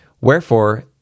wherefore